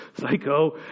Psycho